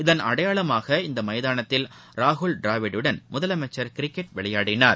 இதன் அடையாளமாக இந்த மைதானத்தில் ராகுல் டிராவிட்டுடன் முதலமைச்சர் கிரிக்கெட் விளையாடனார்